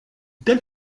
telle